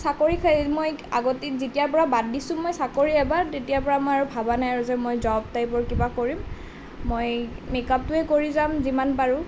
চাকৰি মই আগতে যেতিয়াৰ পৰাই বাদ দিছোঁ মই চাকৰি এবাৰ তেতিয়াৰ পৰা মই আৰু ভবা নাই আৰু যে মই জব টাইপৰ তেনেকুৱা কিবা কৰিম মই মেক আপটোৱে কৰি যাম যিমান পাৰোঁ